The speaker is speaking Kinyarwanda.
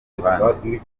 ruhande